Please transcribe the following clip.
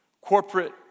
Corporate